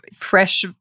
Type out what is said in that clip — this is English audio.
fresh